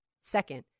second